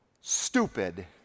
stupid